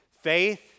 Faith